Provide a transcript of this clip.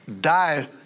die